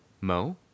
Mo